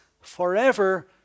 forever